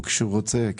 כשהוא רוצה,